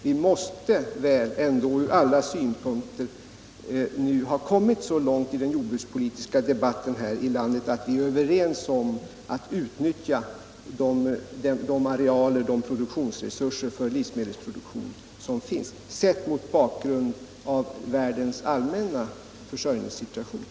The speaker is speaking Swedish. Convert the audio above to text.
Vi måste väl ändå ha nått så långt i den jordbrukspolitiska debatten här i landet att alla är ense om att vi mot bakgrund av världens allmänna försörjningssituation måste utnyttja de arealer och resurser för livsmedelsproduktion som finns.